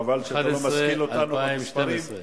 חבל שאתה לא משכיל אותנו במספרים,